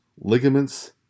ligaments